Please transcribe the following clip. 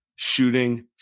shooting